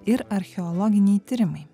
ir archeologiniai tyrimai